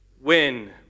win